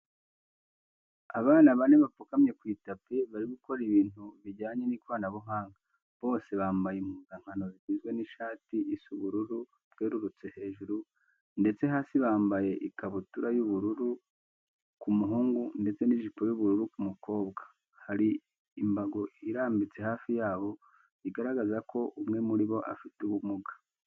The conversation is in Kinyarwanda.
Abana bane bapfukamye ku itapi bari gukora ibintu bijyanye n'ikoranabuhanga, bose bamabye impuzankano igizwe n'ishati isa ubururu bwerurutse hejuru ndetse hasi bambaye ikabutura y'ubururu ku muhungu ndetse n'ijipo y'ubururu ku bakobwa. Hari imbago irambitse hafi yabo bigaragaza ko umwe muri bo afite ubumuga.